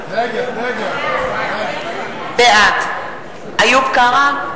קירשנבאום, בעד איוב קרא,